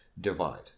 divide